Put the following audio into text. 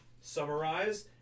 summarize